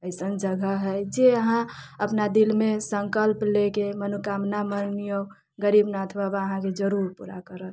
अइसन जगह हय जे अहाँ अपना दिलमे सङ्कल्प लेके मनोकामना मनियौ गरीबनाथ बाबा अहाँके जरूर पूरा करत